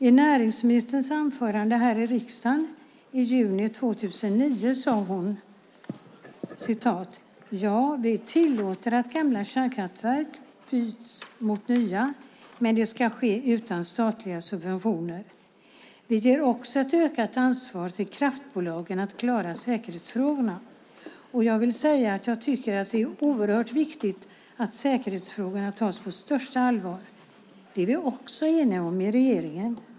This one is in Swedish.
I näringsministerns anförande här i riksdagen i juni 2009 sade hon: " Ja, vi tillåter att gamla kärnkraftverk byts ut mot nya, men det sker utan statliga subventioner. Vi ger också ett ökat ansvar till kraftbolagen att klara säkerhetsfrågorna. Och jag vill säga att jag tycker att det är oerhört viktigt att säkerhetsfrågorna tas på största allvar. Det är vi också eniga om i regeringen.